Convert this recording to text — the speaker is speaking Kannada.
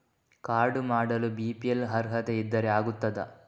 ಕಾರ್ಡು ಮಾಡಲು ಬಿ.ಪಿ.ಎಲ್ ಅರ್ಹತೆ ಇದ್ದರೆ ಆಗುತ್ತದ?